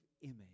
image